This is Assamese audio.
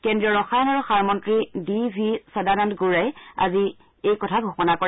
কেন্দ্ৰীয় ৰসায়ন আৰু সাৰ মন্ত্ৰী ডি ভি সদানন্দ গৌড়াই আজি কথা ঘোষণা কৰে